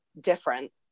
different